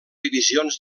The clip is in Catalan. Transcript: divisions